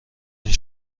این